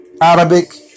Arabic